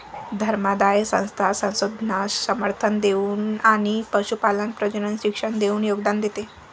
धर्मादाय संस्था संशोधनास समर्थन देऊन आणि पशुपालन प्रजनन शिक्षण देऊन योगदान देते